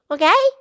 Okay